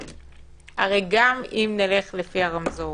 הרי גם אם נלך לפי הרמזור,